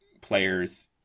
players